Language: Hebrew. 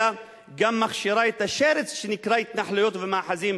היא גם מכשירה את השרץ שנקרא התנחלויות ומאחזים